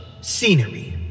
scenery